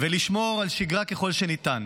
ולשמור על שגרה ככל שניתן.